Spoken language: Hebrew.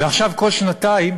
ועכשיו כל שנתיים